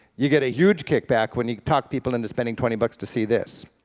you get a huge kick back when you talk people into spending twenty bucks to see this.